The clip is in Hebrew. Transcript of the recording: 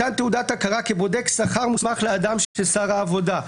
מתן תעודת הכרה כבודק שכר מוסמך לאדם של שר העבודה,